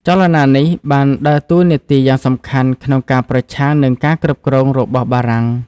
ចលនានេះបានដើរតួនាទីយ៉ាងសំខាន់ក្នុងការប្រឆាំងនឹងការគ្រប់គ្រងរបស់បារាំង។